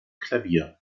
klavier